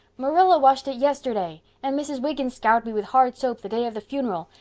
marilla washed it yesterday. and mrs. wiggins scoured me with hard soap the day of the funeral.